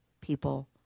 people